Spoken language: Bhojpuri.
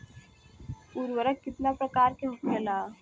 उर्वरक कितना प्रकार के होखेला?